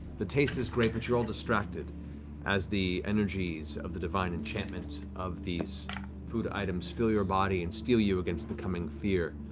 the taste is great but you're all distracted as the energies of the divine enchantment of these food items fill your body and steel you against the coming fear,